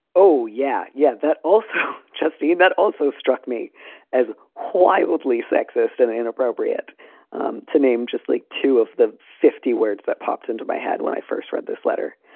oh, yeah. yeah. that also, justy, that also struck me as quite wobbly, sexist and inappropriate um to name, just like two of the fifty words that popped into my head when i first read this letter.